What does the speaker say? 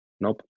Nope